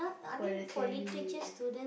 for the theory